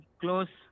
close